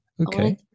Okay